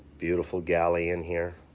beautiful galley in here